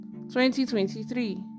2023